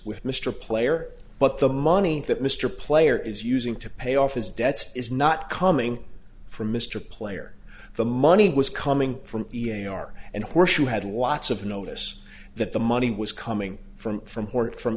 with mr player but the money that mr player is using to pay off his debts is not coming from mr player the money was coming from e a r and horse you had lots of notice that the money was coming from from